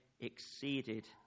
exceeded